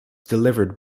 delivered